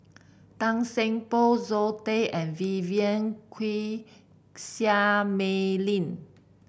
Tan Seng Poh Zoe Tay and Vivien Quahe Seah Mei Lin